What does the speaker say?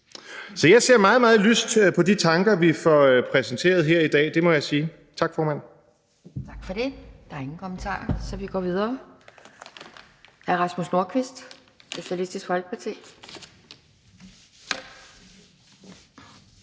Så jeg ser meget, meget lyst på de tanker, vi får præsenteret her i dag. Det må jeg sige. Tak, formand. Kl. 12:19 Anden næstformand (Pia Kjærsgaard): Tak for det. Der er ingen kommentarer, så vi går videre. Hr. Rasmus Nordqvist, Socialistisk Folkeparti.